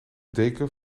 deken